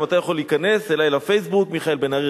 גם אתה יכול להיכנס אלי ל"פייסבוק": מיכאל בן-ארי,